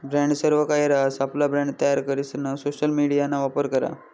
brand सर्वकाहि रहास, आपला ब्रँड तयार करीसन सोशल मिडियाना वापर करा